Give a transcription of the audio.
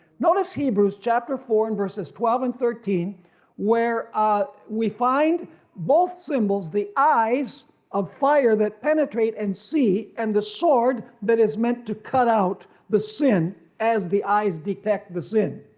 notice hebrews chapter four and verses twelve and thirteen where ah we find both symbols, the eyes of fire that penetrate and see, and the sword that is meant to cut out the sin as the eyes detect the sin.